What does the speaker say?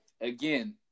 again